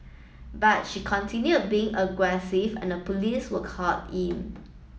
but she continued being aggressive and a police were called in